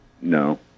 no